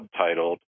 subtitled